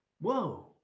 Whoa